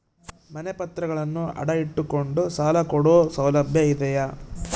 ಮನೆ ಪತ್ರಗಳನ್ನು ಅಡ ಇಟ್ಟು ಕೊಂಡು ಸಾಲ ಕೊಡೋ ಸೌಲಭ್ಯ ಇದಿಯಾ?